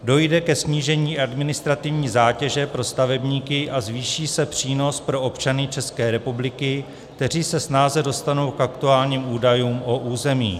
Dojde ke snížení administrativní zátěže pro stavebníky a zvýší se přínos pro občany České republiky, kteří se snáze dostanou k aktuálním údajům o území.